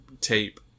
tape